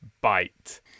bite